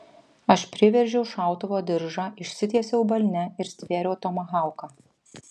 aš priveržiau šautuvo diržą išsitiesiau balne ir stvėriau tomahauką